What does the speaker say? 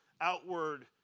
outward